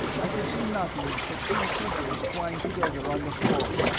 i could see nothing but two figures twined together on the floor.